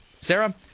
Sarah